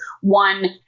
one